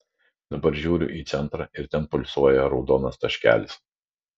dabar žiūriu į centrą ir ten pulsuoja raudonas taškelis